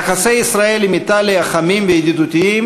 יחסי ישראל ואיטליה חמים וידידותיים